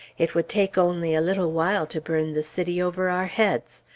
it would take only a little while to burn the city over our heads.